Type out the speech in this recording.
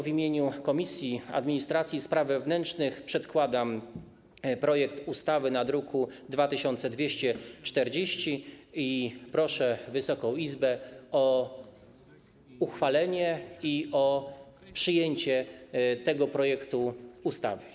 W imieniu Komisji Administracji i Spraw Wewnętrznych przedkładam projekt ustawy z druku nr 2240 i proszę Wysoką Izbę o uchwalenie i o przyjęcie tego projektu ustawy.